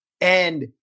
And-